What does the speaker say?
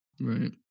Right